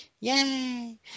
Yay